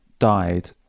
died